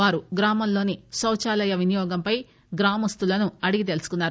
వారు గ్రామంలోని శౌచాలయాల వినియోగంపై గ్రామస్టులను అడిగి తెలుసుకున్నారు